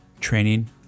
training